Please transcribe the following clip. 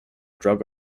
drug